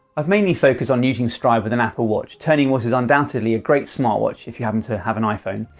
i've mainly focused on using stryd with an apple watch turning what is undoubtedly a great smart watch if you happen to have an iphone,